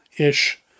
ish